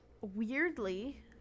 weirdly